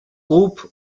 groupe